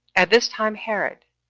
at this time herod,